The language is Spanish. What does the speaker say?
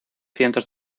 cientos